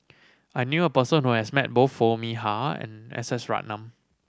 I knew a person who has met both Foo Mee Har and S S Ratnam